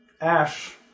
Ash